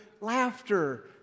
laughter